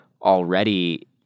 already-